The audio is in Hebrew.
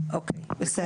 אוקי, בסדר.